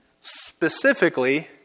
Specifically